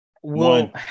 One